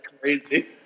crazy